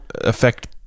affect